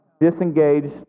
disengaged